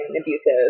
abusive